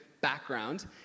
background